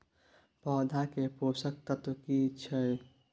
पौधा के पोषक तत्व की छिये?